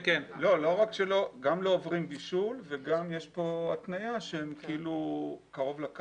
גם לא עוברים בישול וגם יש כאן התניה שהם קרוב לקרקע.